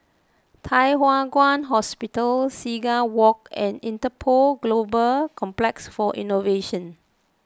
Thye Hua Kwan Hospital Seagull Walk and Interpol Global Complex for Innovation